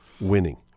winning